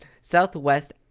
Southwest